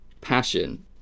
passion